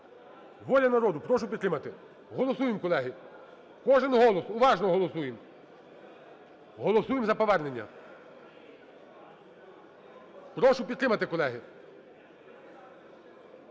"Воля народу", прошу підтримати. Голосуємо, колеги. Кожен голос, уважно голосуємо. Голосуємо за повернення. Прошу підтримати, колеги,